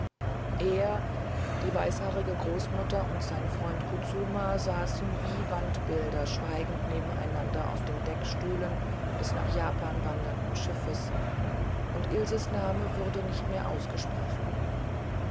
er die weißhaarige großmutter und sein freund kutsuma saßen wie wandbilder schweigend nebeneinander auf den deckstühlen des nach japan wandernden schiffes und ilses name wurde nicht mehr ausgesprochen